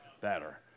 better